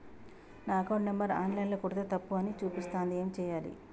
నా account number online ల కొడ్తే తప్పు అని చూపిస్తాంది ఏం చేయాలి?